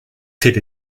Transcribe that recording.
tel